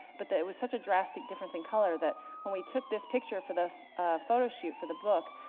but there was such a drastic difference in color that when we took this picture for the photo shoot, for the book,